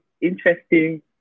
interesting